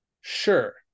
sure